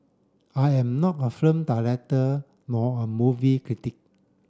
I am not a film director nor a movie critic